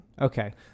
Okay